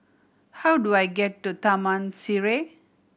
how do I get to Taman Sireh